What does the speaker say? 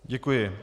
Děkuji.